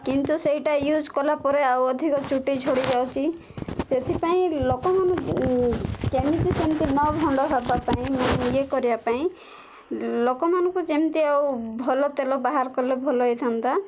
କିନ୍ତୁ ସେଇଟା ୟୁଜ୍ କଲା ପରେ ଆଉ ଅଧିକ ଚୁଟି ଝଡ଼ିଯାଉଚି ସେଥିପାଇଁ ଲୋକମାନେ କେମିତି ସେମିତି ନ ଭଣ୍ଡ ହେବା ପାଇଁ କରିବା ପାଇଁ ଲୋକମାନଙ୍କୁ ଯେମିତି ଆଉ ଭଲ ତେଲ ବାହାର କଲେ ଭଲ ହେଇଥାନ୍ତା